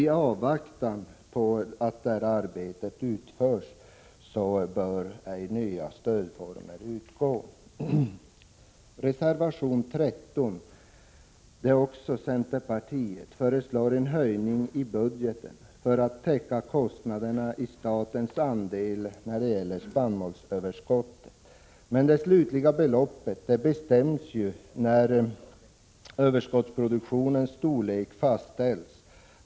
I avvaktan på att detta arbete utförs bör nya stödformer inte införas. I reservation 13 föreslår centerpartiet en höjning i budgeten för att täcka kostnaderna för statens andel i spannmålsöverskottet. Det slutliga beloppet bestäms när storleken på överskottsproduktionen har fastställts.